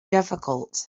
difficult